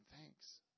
thanks